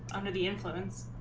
and the influence